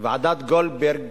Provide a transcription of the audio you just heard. ועדת-גולדברג,